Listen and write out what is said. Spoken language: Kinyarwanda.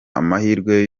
amahirwe